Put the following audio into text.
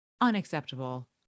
Unacceptable